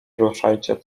ruszajcie